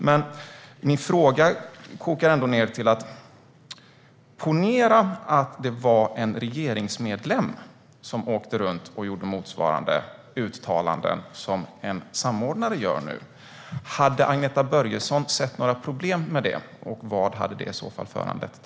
Min fråga kokas dock ned till följande: Ponera att det var en regeringsmedlem som åkte runt och gjorde motsvarande uttalanden som en samordnare nu gör, skulle Agneta Börjesson ha några problem med det? Och vad hade det i så fall föranlett?